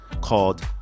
called